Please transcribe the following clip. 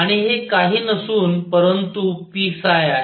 आणि हे काही नसून परंतु pआहे